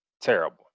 terrible